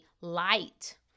light